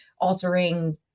altering